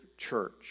church